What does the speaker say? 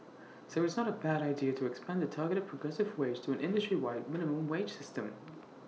so IT is not A bad idea to expand the targeted progressive wage to an industry wide minimum wage system